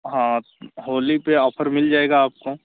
हाँ होली पर ऑफर मिल जाएगा आपको